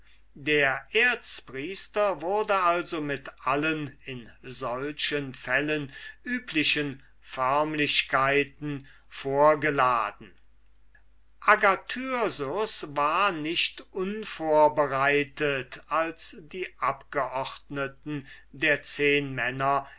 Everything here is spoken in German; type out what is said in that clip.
der erzpriester wurde also mit allen in solchen fällen üblichen förmlichkeiten vorgeladen agathyrsus war nicht unvorbereitet als die abgeordneten der zehnmänner